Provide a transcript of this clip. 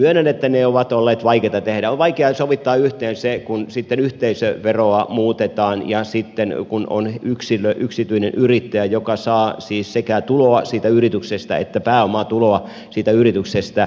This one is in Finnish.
myönnän että ne ovat olleet vaikeita tehdä on vaikeaa sovittaa yhteen se kun yhteisöveroa muutetaan ja sitten on yksityinen yrittäjä joka saa siis sekä tuloa siitä yrityksestä että pääomatuloa siitä yrityksestä